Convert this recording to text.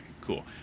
cool